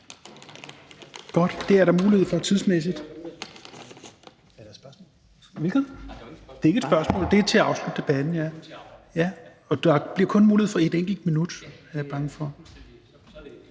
Det er der mulighed for tidsmæssigt. Det er ikke for et spørgsmål; det er til at afslutte debatten, og der bliver kun mulighed for et enkelt minut. Godt, værsgo.